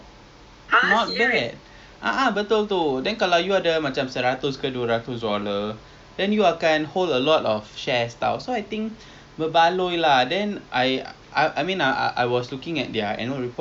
tak boleh lah kita tak boleh ambil dia punya um benefits lah from that stocks so ya I don't know lah I tak tahu lah ni semua islamic financial ah you tahu tak anything about it